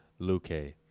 Luque